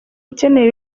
ukeneye